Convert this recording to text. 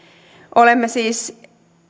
olemme siis